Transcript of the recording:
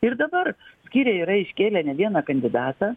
ir dabar skyriai yra iškėlę ne vieną kandidatą